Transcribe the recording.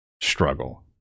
struggle